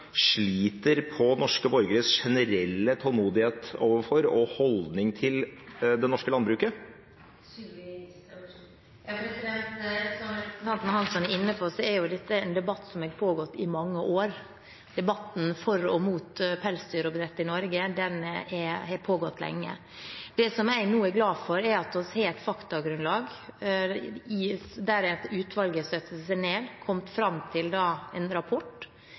sliter på norske borgeres generelle tålmodighet overfor og deres holdninger til det norske landbruket? Som representanten Hansson er inne på, er dette en debatt som har pågått i mange år. Debatten for og mot pelsdyroppdrett i Norge har pågått lenge. Det jeg nå er glad for, er at vi har et faktagrunnlag. Et utvalg ble nedsatt, de skrev en